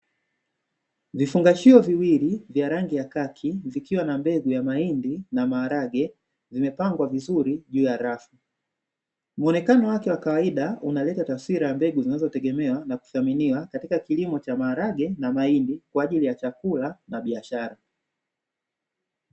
Vifungashio viwili vya rangi ya kaki vikiwa na mbegu ya mahindi na maharage vimepangwa vizuri juu ya rafu, muonekano wake wa kawaida unaleta taswira ya mbegu unaweza kutegemea na kuthaminiwa katika kilimo cha maharage na mahindi kwa ajili ya chakula na biashara.